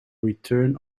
return